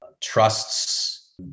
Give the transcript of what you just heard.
trusts